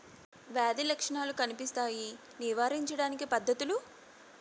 వ్యాధి లక్షణాలు కనిపిస్తాయి నివారించడానికి పద్ధతులు?